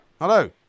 Hello